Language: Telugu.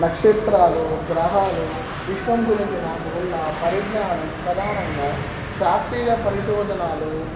నక్షత్రాలు గ్రహాలు విశ్వం గురించి నాకు ఉన్న పరిజ్ఞానం ప్రధానంగా శాస్త్రీయ పరిశోధనలు